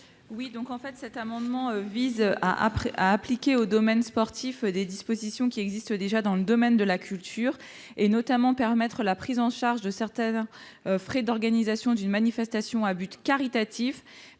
Lavarde. Cet amendement tend à élargir au domaine sportif des dispositions s'appliquant dans le domaine de la culture, notamment permettre la prise en charge de certains frais d'organisation d'une manifestation à but caritatif